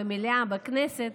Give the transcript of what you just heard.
במליאה בכנסת,